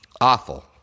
Awful